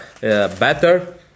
better